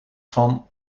van